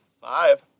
five